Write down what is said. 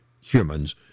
humans